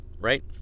right